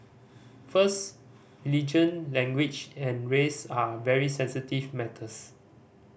first religion language and race are very sensitive matters